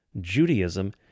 Judaism